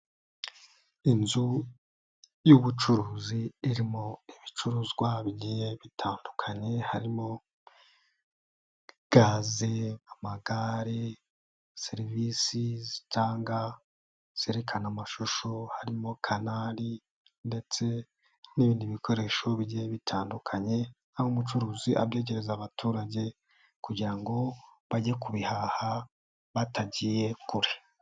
Inzu y'ubucuruzi irimo ibicuruzwa bigiye bitandukanye harimo: gaze, amagare, serivisi zitanga zerekana amashusho harimo canari ndetse n'ibindi bikoresho bigiye bitandukanye aho umucuruzi abyegereza abaturage kugira ngo bajye kubihaha batagiye kure.